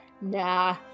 nah